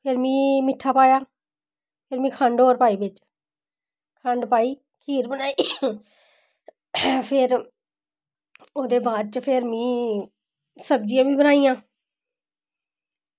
ते में मिट्ठा पाया ते खंड होर पाई बिच खंड पाई खीर बनाई ते फिर उंदे बाद च फिर मिगी सब्जियां बी बनाइयां